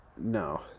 no